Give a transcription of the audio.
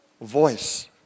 voice